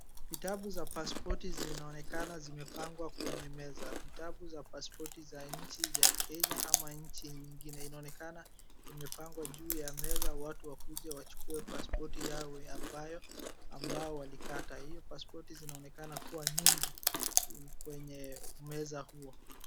Vitabu za pasipoti zinaonekana zimepangwa kwenye meza. Vitabu za pasipoti za nchi ya Kenya ama nchi ingine, inaonekana imepangwa juu ya meza watu wakuje wachukue pasipoti yao ambayo, ambao walikata. Hio pasipoti zinaonekana kuwa mingi, kwenye meza huo.